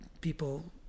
people